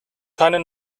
keine